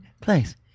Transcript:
place